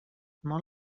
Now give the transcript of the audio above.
molt